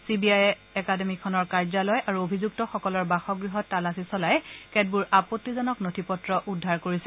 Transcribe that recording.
C B I অকাডেমীখনৰ কাৰ্যালয় আৰু অভিযুক্তসকলৰ বাসগৃহত তালাচী চলাই কেতবোৰ আপণ্ডিজনক নথি পত্ৰ উদ্ধাৰ কৰিছে